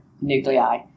nuclei